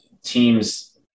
teams